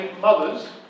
mothers